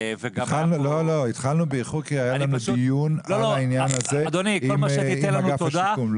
התחלנו באיחור כי היה לנו דיון על העניין הזה עם אגף השיקום.